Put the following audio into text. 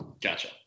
Gotcha